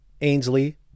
Ainsley